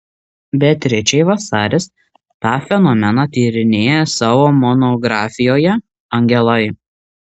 beatričė vasaris tą fenomeną tyrinėja savo monografijoje angelai